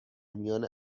میان